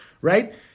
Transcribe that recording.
right